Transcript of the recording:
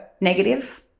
negative